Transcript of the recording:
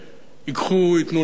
ייקחו וייתנו לעניים,